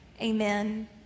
amen